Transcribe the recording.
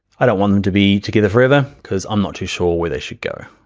i don't want them to be together forever cuz i'm not too sure where they should go.